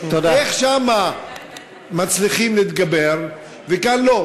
איך שם מצליחים להתגבר וכאן לא?